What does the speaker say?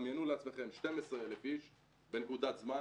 דמיינו לעצמכם 12,000 איש בנקודת זמן,